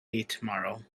tomorrow